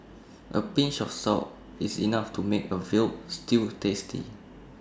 A pinch of salt is enough to make A Veal Stew tasty